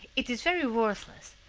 it is very worthless,